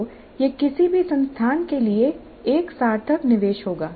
तो यह किसी भी संस्थान के लिए एक सार्थक निवेश होगा